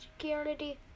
Security